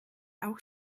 auch